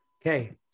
Okay